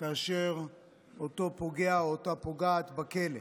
כאשר אותו פוגע או אותה פוגעת בכלא.